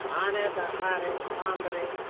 ᱦᱟᱱᱮ ᱫᱟᱨᱦᱟ ᱨᱮ ᱵᱟᱸᱫ ᱨᱮ